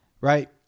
right